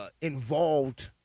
involved